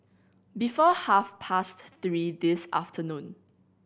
before half past three this afternoon